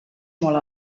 molt